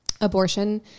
abortion